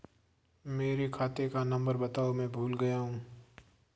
मेरे खाते का नंबर बताओ मैं भूल गया हूं